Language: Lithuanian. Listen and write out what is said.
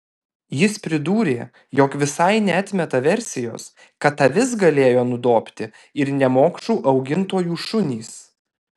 jis pridūrė jog visai neatmeta versijos kad avis galėjo nudobti ir nemokšų augintojų šunys